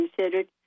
considered